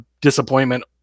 disappointment